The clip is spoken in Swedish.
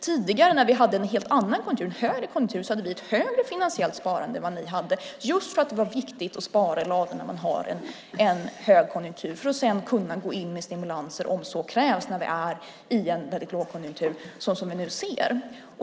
Tidigare när vi hade en helt annan konjunktur, en högkonjunktur, hade vi ett högre finansiellt sparande än vad ni hade just för att det var viktigt att spara i ladorna när man har en högkonjunktur för att sedan kunna gå in med stimulanser om så krävs när vi är i en djup lågkonjunktur som vi nu ser.